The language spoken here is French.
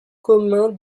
commun